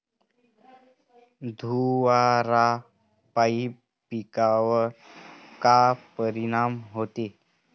धुवारापाई पिकावर का परीनाम होते?